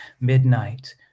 midnight